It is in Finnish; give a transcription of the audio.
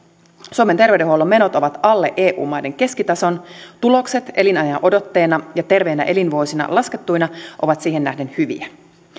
suomen terveydenhuollon menot ovat alle eu maiden keskitason tulokset elinajanodotteena ja terveinä elinvuosina laskettuina ovat siihen nähden hyviä